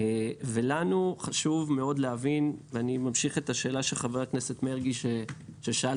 לנו חשוב מאוד להבין ואני ממשיך את השאלה שחבר הכנסת מרגי שאל,